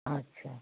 আচ্ছা